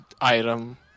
item